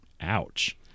Ouch